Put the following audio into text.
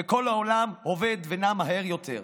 וכל העולם עובד ונע מהר יותר.